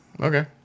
Okay